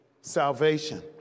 salvation